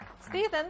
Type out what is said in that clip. Stephen